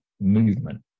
movement